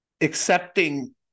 accepting